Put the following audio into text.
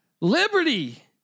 Liberty